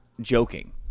joking